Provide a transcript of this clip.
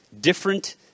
Different